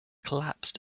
collapsed